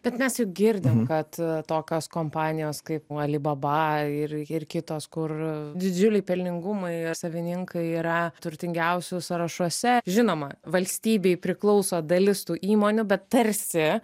bet mes juk girdim kad tokios kompanijos kaip alibaba ir kitos kur didžiuliai pelningumai savininkai yra turtingiausių sąrašuose žinoma valstybei priklauso dalis tų įmonių bet tarsi